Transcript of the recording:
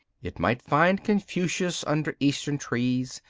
it might find confucius under eastern trees,